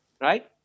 right